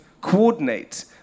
coordinate